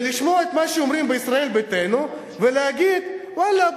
זה לשמוע את מה שאומרים בישראל ביתנו ולהגיד: ואללה,